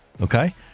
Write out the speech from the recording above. Okay